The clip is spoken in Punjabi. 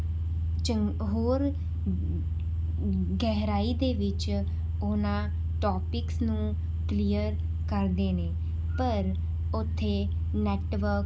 ਹੋਰ ਗਹਿਰਾਈ ਦੇ ਵਿੱਚ ਉਹਨਾਂ ਟੋਪਿਕਸ ਨੂੰ ਕਲੀਅਰ ਕਰਦੇ ਨੇ ਪਰ ਉੱਥੇ ਨੈਟਵਰਕ